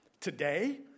today